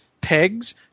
pegs